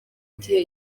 gihe